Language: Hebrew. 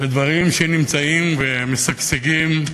ולדברים שנמצאים ומשגשגים.